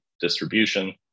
distribution